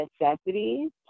necessities